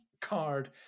card